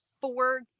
four